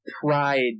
pride